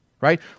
right